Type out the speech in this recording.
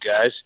guys